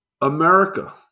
America